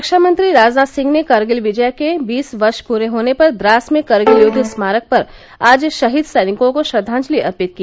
रक्षामंत्री राजनाथ सिंह ने करगिल विजय के बीस वर्ष पूरे होने पर द्रास में करगिल युद्व स्मारक पर आज शहीद सैनिकोंको श्रद्वांजलि अर्पित की